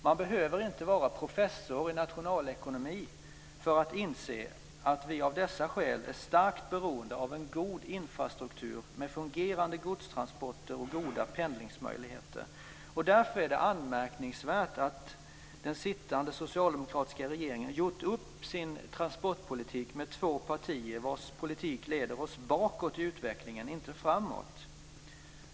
Man behöver inte vara professor i nationalekonomi för att inse att vi av dessa skäl är starkt beroende av en god infrastruktur med fungerande godstransporter och goda pendlingsmöjligheter. Därför är det anmärkningsvärt att den sittande socialdemokratiska regeringen gjort upp sin transportpolitik med två partier vars politik leder oss bakåt i utvecklingen, inte framåt.